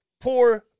poor